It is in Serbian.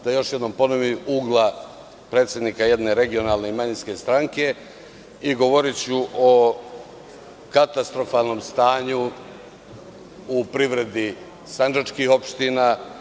da još jednom ponovim, iz ugla predsednika jedne regionalne i manjinske stranke i govoriću o katastrofalnom stanju u privredi sandžačkih opština.